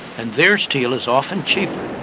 and their steel is often cheaper,